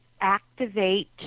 activate